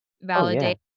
validate